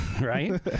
right